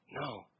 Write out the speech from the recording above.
No